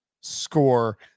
score